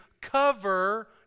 cover